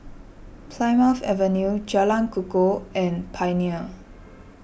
Plymouth Avenue Jalan Kukoh and Pioneer